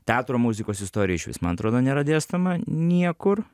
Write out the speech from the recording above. teatro muzikos istorija išvis man atrodo nėra dėstoma niekur